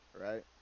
right